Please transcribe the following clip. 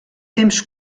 temps